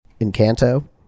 Encanto